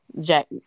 Jack